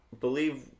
believe